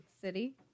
City